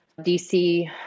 DC